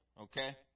okay